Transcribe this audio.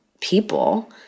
people